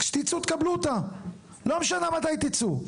כשתצאו תקבלו אותה, לא משנה מתי תצאו.